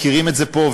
מכירים את זה פה,